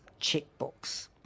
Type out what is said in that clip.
checkbooks